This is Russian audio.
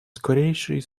скорейший